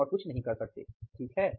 हम और कुछ नहीं कर सकते ठीक है